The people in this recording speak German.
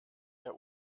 der